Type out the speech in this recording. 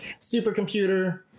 supercomputer